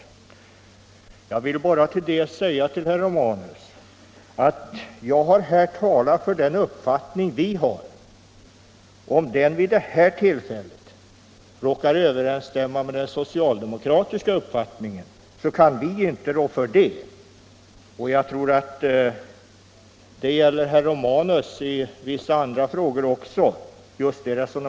Jag vill till herr Romanus säga att jag har talat för den uppfattning vi har. Om den vid det här tillfället råkar överensstämma med den socialdemokratiska uppfattningen kan vi inte rå för det. Just det resonemanget tror jag gäller även herr Romanus i vissa andra frågor.